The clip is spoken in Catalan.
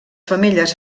femelles